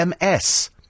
ms